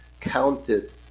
counted